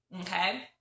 okay